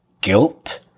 guilt